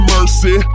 Mercy